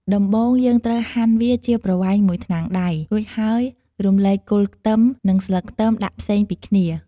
ដំបូងយើងត្រូវហាន់វាជាប្រវែងមួយថ្នាំងដៃ រួចហើយរំលែកគល់ខ្ទឹម និង ស្លឹកខ្ទឹមដាក់ផ្សេងពីគ្នា។